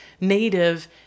native